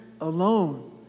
alone